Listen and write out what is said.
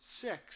six